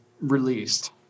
released